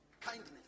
kindness